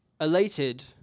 Elated